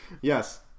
Yes